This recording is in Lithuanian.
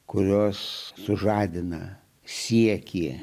kurios sužadina siekį